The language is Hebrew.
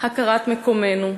הכרת מקומנו,